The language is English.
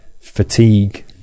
fatigue